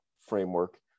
framework